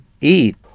eat